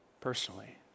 personally